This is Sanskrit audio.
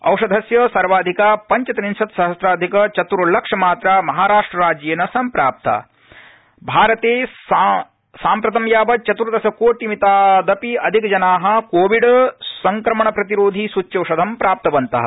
औषधस्य सर्वाधिका पञ्चत्रिंशत सहम्राधिक चतुर्लक्ष मात्रा महाराष्ट्र राज्य स्च्यौषधीकरण भारत स्निम्प्रतं यावत् चतुर्दश कोटिमितादपि अधिकजनाः कोविड संक्रमण प्रतिरोधि सूच्यौषधं प्राप्तवन्तः